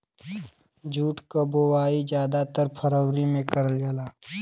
jute क बोवाई जादातर फरवरी में करल जाला